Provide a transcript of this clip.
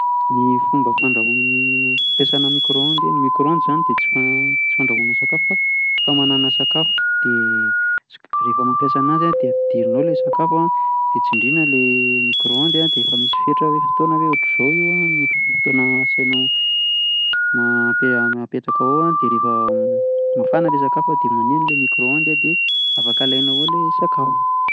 Ny fomba fandrahoany fimpiasana micro ondy zany, ny micro ondy zany de tsy fandrahoana sakafo fa famanana sakafo, de sok- refa mampiasa anazy de ampidirina ao le sakafo a, de tsindrina le micro ondy a de efa misy fetra hoe fotoana hoe otran'izao io an no fotoana asainao mampe- apetakao ao de refa mafana le sakafo a de maneno le micro ondy a afaka alainao ao le sakafo.